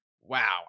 wow